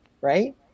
right